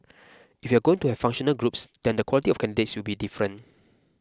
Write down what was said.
if you're going to have functional groups then the quality of candidates will be different